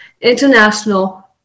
International